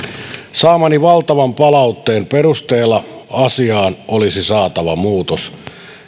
saamani valtavan palautteen perusteella asiaan olisi saatava muutos